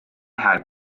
had